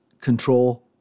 control